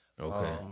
Okay